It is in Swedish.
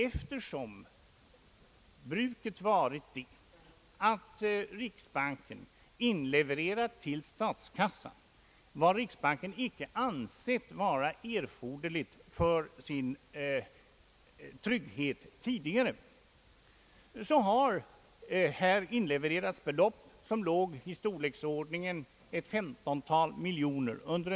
Eftersom bruket varit att riksbanken inlevererat till statskassan vad riksbanken icke ansett vara erforderligt för sin trygghet, har under en lång rad av år inlevererats belopp i storleksordningen ett femtontal miljoner kronor.